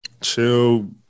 Chill